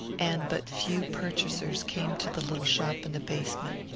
and but few purchasers came to the little shop in the basement.